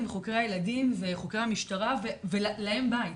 וחוקרי הילדים וחוקרי המשטרה ולאם הבית.